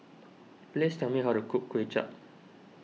please tell me how to cook Kuay Chap